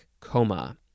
Coma